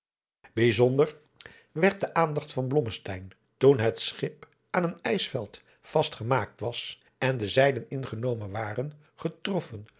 bijzonder werd de aandacht van blommesteyn toen het schip aan een ijsveld vast gemaakt was en de zeilen ingenomen waren getrofsen